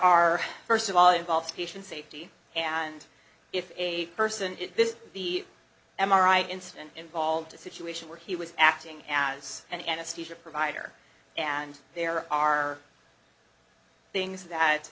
are first of all involved patient safety and if a person did this the m r i incident involved a situation where he was acting as an anesthesia provider and there are things that